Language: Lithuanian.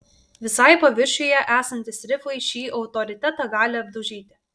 visai paviršiuje esantys rifai šį autoritetą gali apdaužyti